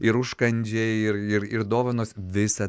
ir užkandžiai ir ir ir dovanos visa tai seniai yra praeity